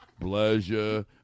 Pleasure